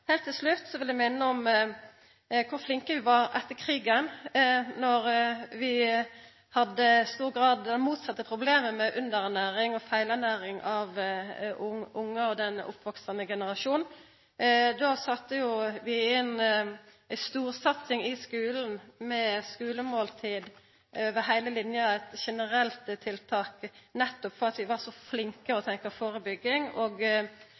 Heilt til slutt vil eg minna om kor flinke vi var etter krigen, då vi i stor grad hadde det motsette problemet, med underernæring og feilernæring av ungar og den oppveksande generasjonen. Då sette vi inn ei storsatsing i skulen med skulemåltid over heile lina – eit generelt tiltak – nettopp fordi vi var så flinke til å tenkja førebygging, og